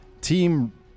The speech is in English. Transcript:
team